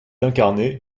incarné